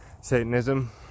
satanism